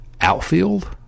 Outfield